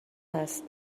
هست